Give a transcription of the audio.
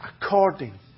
According